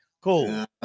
Cool